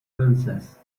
princess